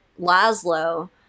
Laszlo